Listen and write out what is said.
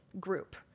group